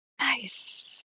Nice